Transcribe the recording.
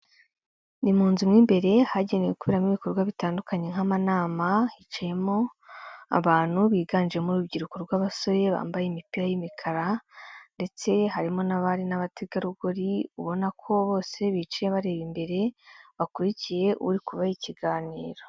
Ni mu nzu mo imbere hagenewe kuberamo ibikorwa bitandukanye nk'amanama, hicayemo abantu biganjemo urubyiruko rw'abasore, bambaye imipira y'imikara ndetse harimo n'abari n'abategarugori, ubona ko bose bicaye bareba imbere, bakurikiye uri kuba ikiganiro.